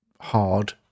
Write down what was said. hard